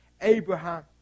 Abraham